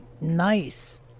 nice